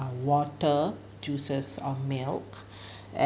uh water juices or milk and